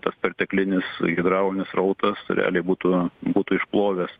tas perteklinis hidraulinis srautas realiai būtų būtų išplovęs